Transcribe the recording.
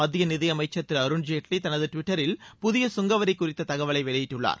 மத்திய நிதியமைச்சர் திரு அருண்ஜேட்லி தனது டுவிட்டரில் புதிய கங்கவரி குறித்த தகவலை வெளியிட்டுள்ளார்